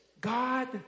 God